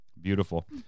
Beautiful